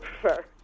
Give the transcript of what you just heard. prefer